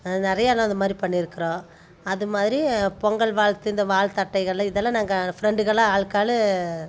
நிறையா ஆனால் அதை மாதிரி பண்ணிருக்கிறோம் அது மாதிரி பொங்கல் வாழ்த்து இந்த வாழ்த்து அட்டைகள்லாம் இதெல்லாம் நாங்கள் ஃபிரெண்டுகளாக ஆளுக்கு ஆளு